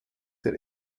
der